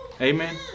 Amen